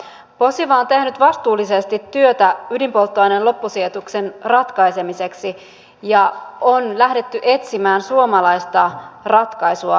posiva on tehnyt vastuullisesti työtä ydinpolttoaineen loppusijoituksen ratkaisemiseksi ja on lähdetty etsimään suomalaista ratkaisua asiaan